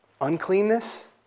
uncleanness